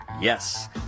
Yes